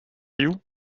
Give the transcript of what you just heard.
you